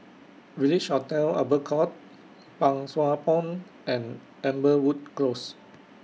Village Hotel Albert Court Pang Sua Pond and Amberwood Close